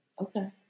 Okay